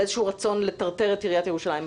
על איזשהו רצון לטרטר את עיריית ירושלים.